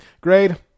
Grade